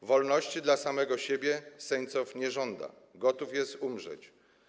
Wolności dla samego siebie Sencow nie żąda - gotów jest umrzeć.